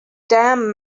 damn